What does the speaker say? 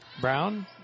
Brown